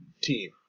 team